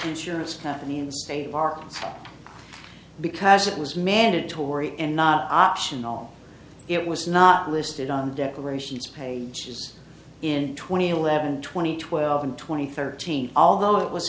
insurance company in the state bar because it was mandatory and not optional it was not listed on decorations pages in twenty eleven twenty twelve and twenty thirteen although it was